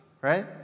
right